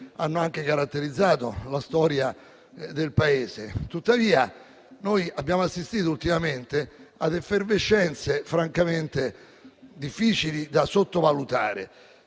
hanno caratterizzato la storia del Paese. Tuttavia, abbiamo assistito ultimamente ad effervescenze francamente difficili da sottovalutare.